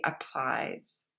applies